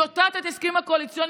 טיוטת ההסכמים הקואליציוניים,